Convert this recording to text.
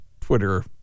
Twitter